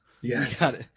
Yes